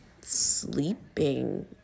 sleeping